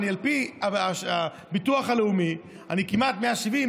אני על פי הביטוח הלאומי כמעט 170%,